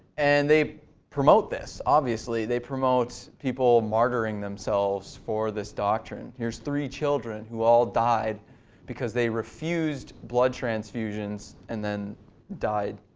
and they promote this, obviously. they promote people martyring themselves for this doctrine. here's three children who all died because they refused blood transfusions, and then died.